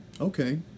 Okay